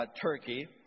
Turkey